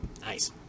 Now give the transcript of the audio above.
Nice